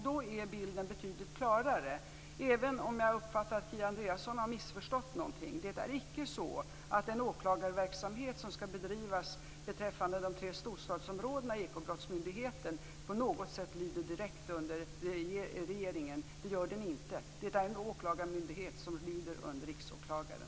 Då blir bilden betydligt klarare, även om jag uppfattar att Kia Andreasson har missförstått någonting. Det är icke så att den åklagarverksamhet som skall bedrivas beträffande de tre storstadsområdena i ekobrottsmyndigheten på något sätt lyder direkt under regeringen. Det gör den inte. Det är en åklagarmyndighet som lyder under Riksåklagaren.